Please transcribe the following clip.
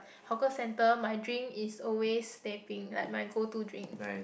hawker centre my drink is always teh peng like my go to drink